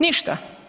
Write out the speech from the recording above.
Ništa.